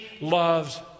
loves